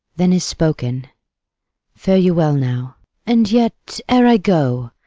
then is spoken fare you well now and yet, ere i go,